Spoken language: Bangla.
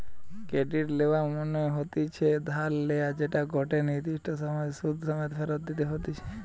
ক্রেডিট লেওয়া মনে হতিছে ধার লেয়া যেটা গটে নির্দিষ্ট সময় সুধ সমেত ফেরত দিতে হতিছে